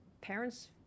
parents